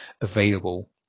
available